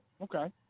Okay